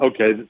okay